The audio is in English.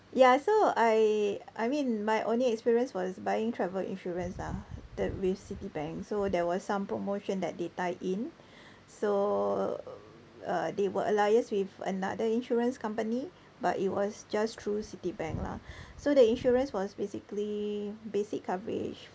ya so I I mean my only experience was buying travel insurance lah the with Citibank so there was some promotion that they tie in so uh they were alias with another insurance company but it was just through Citibank lah so the insurance was basically basic coverage